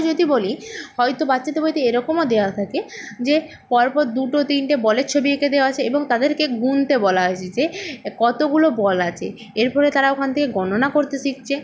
যদি বলি হয়তো বাচ্চাদের বইতে এরকমও দেওয়া থাকে যে পরপর দুটো তিনটে বলের ছবি এঁকে দেওয়া আছে এবং তাদেরকে গুনতে বলা হয়েছে যে কতগুলো বল আছে এর ফলে তারা ওখান থেকে গণনা করতে শিখছে